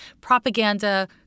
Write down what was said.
Propaganda